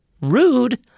Rude